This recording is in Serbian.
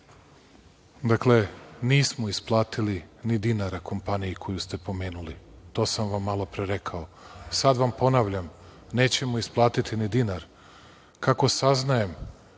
Dakle, nismo isplatili ni dinara kompaniji koju ste pomenuli. To sam vam malopre rekao, a sada vam ponavljam – nećemo isplatiti ni dinar. Kako saznajem…(Narodni